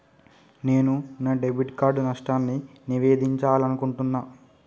నేను నా debit card నష్టాన్ని నివేదించాలనుకుంటున్నా